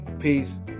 peace